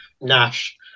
Nash